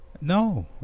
No